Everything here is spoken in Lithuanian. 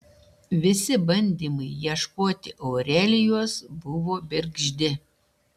visi bandymai ieškoti aurelijos buvo bergždi